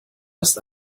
ist